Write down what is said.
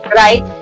right